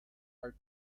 are